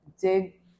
dig